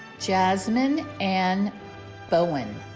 jazmin anne bowen